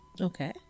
Okay